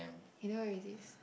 he never release